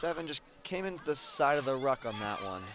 seven just came in the side of the rock on that one